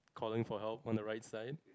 calling for help on the right side